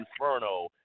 Inferno